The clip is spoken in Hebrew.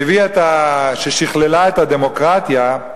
ששכללה את הדמוקרטיה,